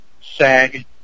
SAG